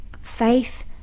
faith